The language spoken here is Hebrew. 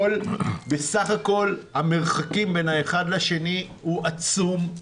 בסך הכול המרחקים בין האחד לשני הם עצומים.